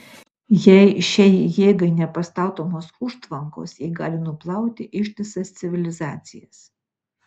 jei šiai jėgai nepastatomos užtvankos ji gali nuplauti ištisas civilizacijas